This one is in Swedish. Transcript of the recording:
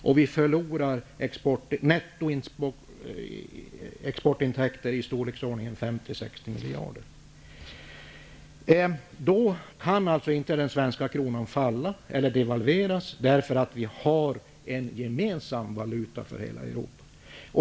Därmed förlorar vi exportintäkter i storleksordningen 50--60 miljarder. I det läget kan inte den svenska kronan devalveras, eftersom hela Europa har en gemensam valuta.